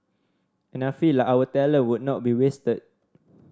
and I feel like our talent would not be wasted